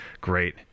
great